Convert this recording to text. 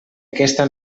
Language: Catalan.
aquesta